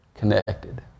connected